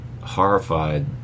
horrified